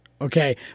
Okay